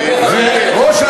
נכון.